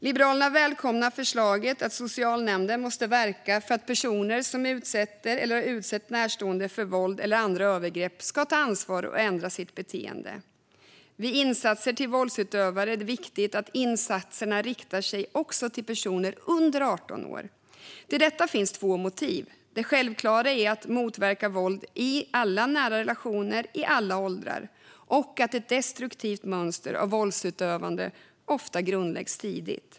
Liberalerna välkomnar förslaget att socialnämnden ska verka för att personer som utsätter eller har utsatt närstående för våld eller andra övergrepp ska ta ansvar och ändra sitt beteende. Vid insatser som gäller våldsutövare är det viktigt att insatserna riktar sig också till personer under 18 år. För detta finns två motiv: dels det självklara att vi måste motverka våld i alla nära relationer i alla åldrar, dels att ett destruktivt mönster av våldsutövande ofta grundläggs tidigt.